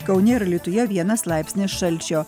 kaune alytuje vienas laipsnis šalčio